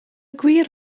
gwir